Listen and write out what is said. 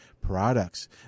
Products